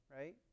Right